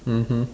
mmhmm